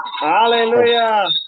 Hallelujah